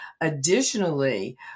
Additionally